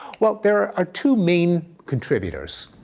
well, there are are two main contributors.